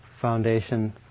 Foundation